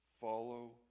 Follow